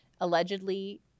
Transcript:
allegedly